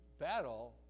battle